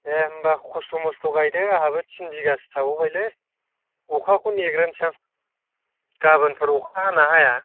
दे होमबा खस्थ' मस्थ' गायदो आंहाबो थिन बिगासो थाबावबायलै अखाखौ नेग्रोनोसै आं गाबोनफोर अखा हायोना हाया